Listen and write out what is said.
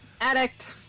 Addict